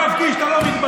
יואב קיש, אתה לא מתבייש?